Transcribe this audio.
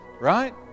right